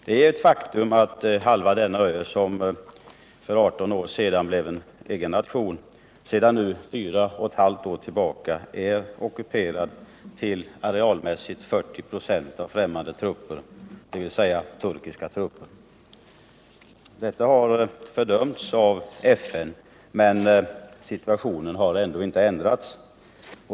Det är ett faktum att halva denna ö, som för 18 år sedan blev en självständig nation, sedan fyra och ett halvt år tillbaka är ockuperad till arealmässigt 40 96 av främmande, dvs. turkiska, trupper. Detta har fördömts av FN, men situationen har ändå inte ändrats.